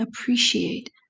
appreciate